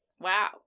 wow